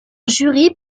jury